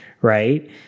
right